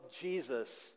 Jesus